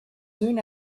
soon